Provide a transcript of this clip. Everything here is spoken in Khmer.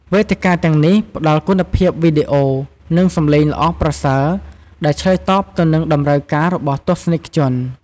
វេទិកាទាំងនេះផ្ដល់គុណភាពវីដេអូ និងសំឡេងល្អប្រសើរ ដែលឆ្លើយតបទៅនឹងតម្រូវការរបស់ទស្សនិកជន។